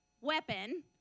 weapon